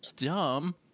dumb